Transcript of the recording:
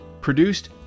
produced